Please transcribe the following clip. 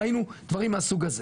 וראינו דברים מהסוג הזה,